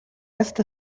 esta